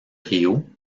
rio